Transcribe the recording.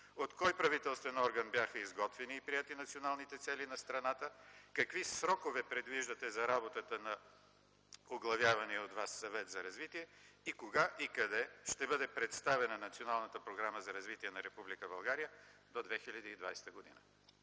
От кой правителствен орган бяха изготвени и приети националните цели на страната? Какви срокове предвиждате за работата на оглавявания от Вас Съвет за развитие и кога и къде ще бъде представена Националната програма за развитие на Република